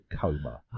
Coma